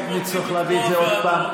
בסוף נצטרך להביא את זה עוד פעם.